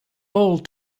all